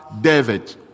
David